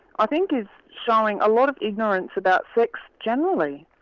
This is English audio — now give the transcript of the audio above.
i think, is showing a lot of ignorance about sex generally.